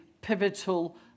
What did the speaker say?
pivotal